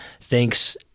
thanks